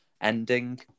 ending